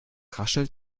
raschelt